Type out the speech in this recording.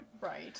Right